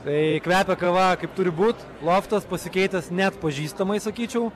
tai kvepia kava kaip turi būt loftas pasikeitęs neatpažįstamai sakyčiau